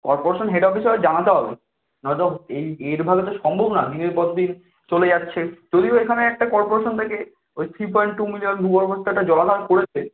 corporation head অফিসে এবার জানাতে হবে নয় তো এই এরকমভাবে তো সম্ভব না দিনের পর দিন চলে যাচ্ছে যদিও এখানে একটা কর্পোরেশন থেকে ওই থ্রি পয়েন্ট টু মিলিয়ান ভূগভ্যস্তাটা জল অন করছে